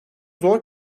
zor